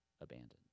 Abandoned